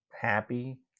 happy